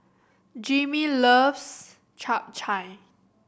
Jimmy loves Chap Chai